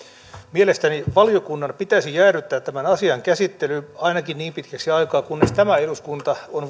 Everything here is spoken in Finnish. mielestäni valiokunnan pitäisi jäädyttää tämän asian käsittely ainakin niin pitkäksi aikaa kunnes tämä eduskunta on